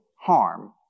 harm